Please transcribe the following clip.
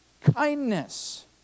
Kindness